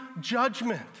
judgment